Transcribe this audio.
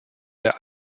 der